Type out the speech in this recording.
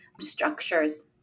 structures